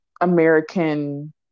American